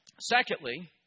Secondly